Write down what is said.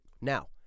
Now